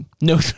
No